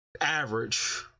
average